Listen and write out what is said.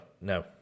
no